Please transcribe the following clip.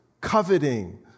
coveting